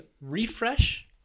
refresh